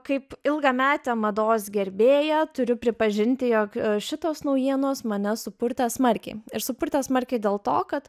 kaip ilgametė mados gerbėja turiu pripažinti jog šitos naujienos mane supurtė smarkiai ir supurtė smarkiai dėl to kad